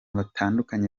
batandukanye